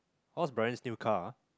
what's Brian's new car ah